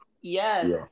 Yes